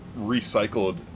recycled